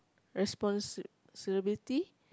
responsibility